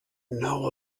know